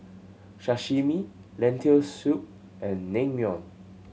Sashimi Lentil Soup and Naengmyeon